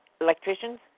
electricians